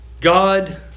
God